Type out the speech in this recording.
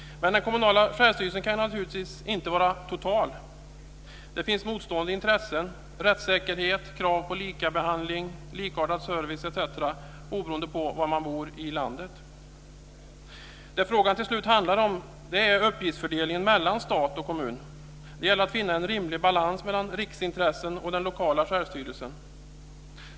Men den kommunala självstyrelsen kan naturligtvis inte vara total. Det finns motstående intressen, rättssäkerhet och krav på likabehandling och likartad service oberoende av var i landet man bor. Det frågan till slut handlar om är uppgiftsfördelningen mellan stat och kommun. Det gäller att finna en rimlig balans mellan riksintressen och den lokala självstyrelsen.